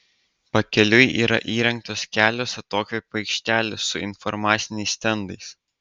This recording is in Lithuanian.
pakeliui yra įrengtos kelios atokvėpio aikštelės su informaciniais stendais